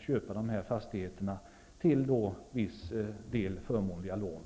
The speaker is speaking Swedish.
köpa fastigheter och få förmånliga lån?